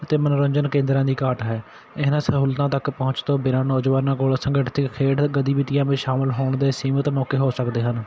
ਅਤੇ ਮਨੋਰੰਜਨ ਕੇਂਦਰਾਂ ਦੀ ਘਾਟ ਹੈ ਇਹਨਾਂ ਸਹੂਲਤਾਂ ਤੱਕ ਪਹੁੰਚ ਤੋਂ ਬਿਨਾਂ ਨੌਜਵਾਨਾਂ ਕੋਲ ਸੰਗਠਿਤ ਖੇਡ ਗਤੀਵਿਧੀਆਂ ਵਿੱਚ ਸ਼ਾਮਿਲ ਹੋਣ ਦੇ ਸੀਮਤ ਮੌਕੇ ਹੋ ਸਕਦੇ ਹਨ